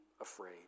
afraid